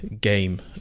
game